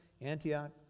Antioch